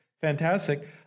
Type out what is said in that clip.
fantastic